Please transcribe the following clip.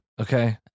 Okay